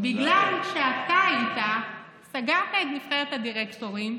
בגלל שאתה היית, סגרת את נבחרת הדירקטורים.